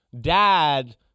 Dad